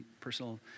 personal